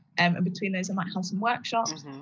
um between those and my house and work shop,